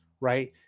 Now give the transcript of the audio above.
right